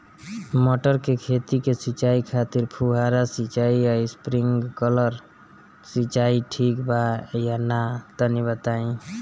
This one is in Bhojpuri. मटर के खेती के सिचाई खातिर फुहारा सिंचाई या स्प्रिंकलर सिंचाई ठीक बा या ना तनि बताई?